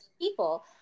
people